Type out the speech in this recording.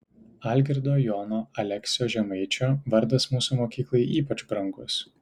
algirdo jono aleksio žemaičio vardas mūsų mokyklai ypač brangus